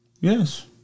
Yes